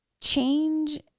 Change